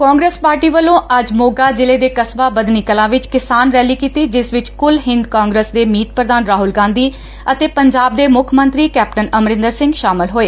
Congress party ਵੱਲੋਂ ਅੱਜ ਮੋਗਾ ਜ਼ਿਲੇ ਦੇ ਕਸਬਾ ਬੱਧਨੀ ਕਲਾਂ ਵਿਚ ਕਿਸਾਨ ਰੈਲੀ ਕੀਤੀ ਜਿਸ ਵਿਚ ਕੁੱਲ ਹਿੰਦ ਕਾਂਗਰਸ ਦੇ ਮੀਤ ਪ੍ਰਧਾਨ ਰਾਹੁਲ ਗਾਧੀ ਅਤੇ ਪੰਜਾਬ ਦੇ ਮੁੱਖ ਮੰਤਰੀ ਕੈਪਟਨ ਅਮਰਿੰਦਰ ਸਿੰਘ ਸ਼ਾਮਲ ਹੋਏ